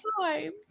time